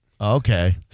Okay